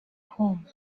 home